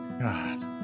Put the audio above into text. God